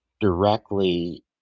directly